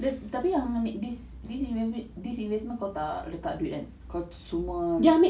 dia tapi yang this this investment kau tak letak duit kan kau cuma